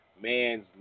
man's